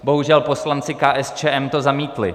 Bohužel, poslanci KSČM to zamítli.